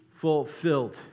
fulfilled